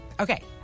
okay